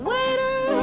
Waiter